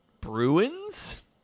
Bruins